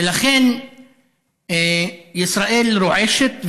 ולכן ישראל רועשת וגועשת,